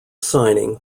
signing